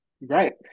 Right